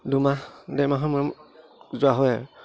দুমাহ দেৰ মাহৰ যোৱা হয় আৰু